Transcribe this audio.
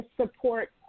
support